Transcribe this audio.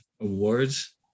awards